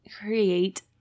create